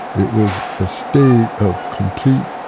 it was a state of complete,